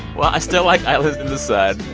well, i still like island in the sun.